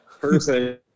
person